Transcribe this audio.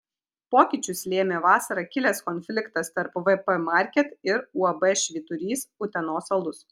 pokyčius lėmė vasarą kilęs konfliktas tarp vp market ir uab švyturys utenos alus